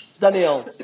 Daniel